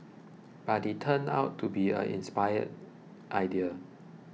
but it turned out to be an inspired idea